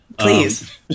Please